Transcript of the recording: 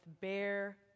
bare